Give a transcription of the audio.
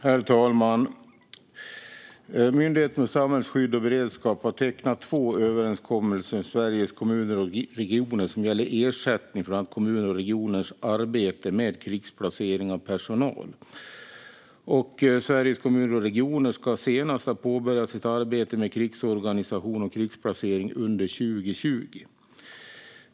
Herr talman! Myndigheten för samhällsskydd och beredskap har tecknat två överenskommelser med Sveriges Kommuner och Regioner som gäller ersättning för bland annat kommuners och regioners arbete med krigsplacering av personal. Sveriges Kommuner och Regioner ska senast ha påbörjat sitt arbete med krigsorganisation och krigsplacering under 2020.